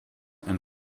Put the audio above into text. and